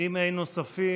אם אין נוספים,